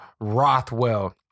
Rothwell